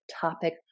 topic